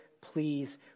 please